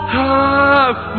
half